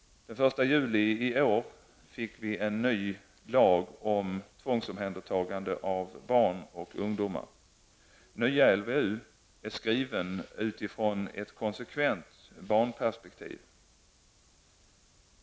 Den 1 juli i år fick vi en ny lag om tvångsomhändertagande av barn och ungdomar. Nya LVU är skriven utifrån ett konsekvent barnperspektiv.